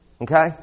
Okay